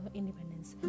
independence